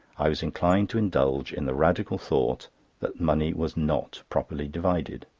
i was inclined to indulge in the radical thought that money was not properly divided.